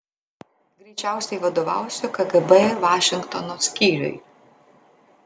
greičiausiai vadovausiu kgb vašingtono skyriui